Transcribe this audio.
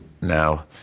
now